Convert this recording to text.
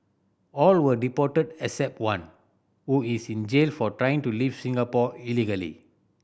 all were deported except one who is in jail for trying to leave Singapore illegally